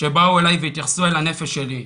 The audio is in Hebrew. באו אלי והתייחסו אל הנפש שלי,